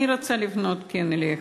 אני רוצה לפנות כאן אליך,